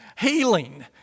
healing